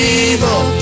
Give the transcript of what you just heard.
evil